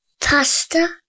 Pasta